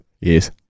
Yes